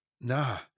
Nah